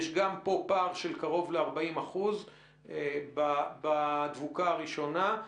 יש גם פה פער של קרוב ל-40% בדבוקה הראשונה.